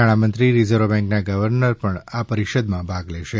નાણામંત્રી રીઝર્વ બેન્કના ગવર્નર પણ આ પરિષદમાં ભાગ લેશે